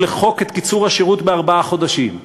לחוק את קיצור השירות בארבעה חודשים.